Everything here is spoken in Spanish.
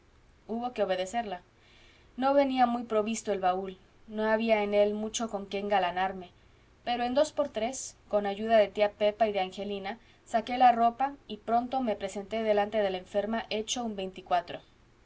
hubo que obedecerla no venía muy provisto el baúl no había en él mucho con que engalanarme pero en dos por tres con ayuda de tía pepa y de angelina saqué la ropa y pronto me presenté delante de la enferma hecho un veinticuatro